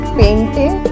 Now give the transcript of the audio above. painting